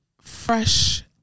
fresh